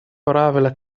правило